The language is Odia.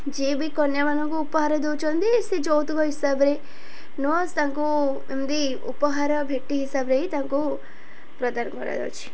ଯିଏ ବି କନ୍ୟାମାନଙ୍କୁ ଉପହାର ଦେଉଛନ୍ତି ସେ ଯୌତୁକ ହିସାବରେ ନୁହଁ ତାଙ୍କୁ ଏମିତି ଉପହାର ଭେଟି ହିସାବରେ ହିଁ ତାଙ୍କୁ ପ୍ରଦାନ କରାଯାଉଛି